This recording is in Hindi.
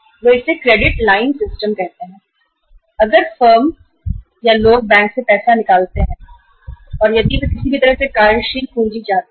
वे लोग इसे क्रेडिट लाइन सिस्टम कहते हैं अगर लोग या फर्म बैंक से पैसा निकालते हैं या अमेरिका में बैंक के किसी भी तरह का कार्यशील पूँजी वित्त चाहते हैं